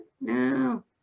no